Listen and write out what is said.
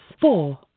Four